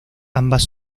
ambas